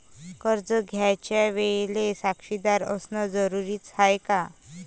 कर्ज घ्यायच्या वेळेले साक्षीदार असनं जरुरीच हाय का?